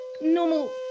normal